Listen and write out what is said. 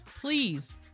please